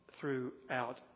throughout